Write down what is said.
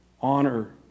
honor